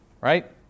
Right